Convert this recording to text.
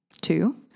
Two